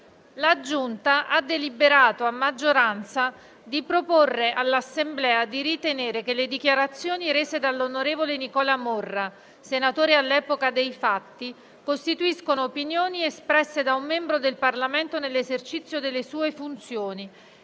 parlamentari ha proposto, a maggioranza, all'Assemblea di deliberare che le dichiarazioni rese dall'onorevole Nicola Morra, senatore all'epoca dei fatti, costituiscono opinioni espresse da un membro del Parlamento nell'esercizio delle sue funzioni